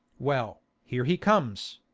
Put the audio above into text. well, here he comes.